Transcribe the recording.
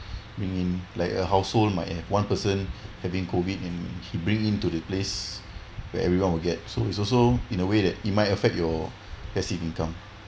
meaning like a household might have one person having COVID and he bring into the place where everyone will get so is also in a way that it might affect your passive income